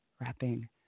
wrapping